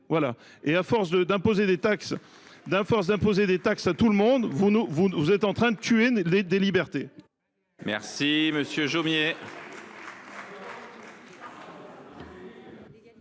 À force d’imposer des taxes à tout va, vous êtes en train de tuer des libertés.